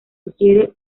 sugiere